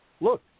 look